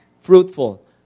Fruitful